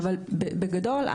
בגדול,